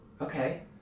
Okay